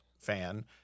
fan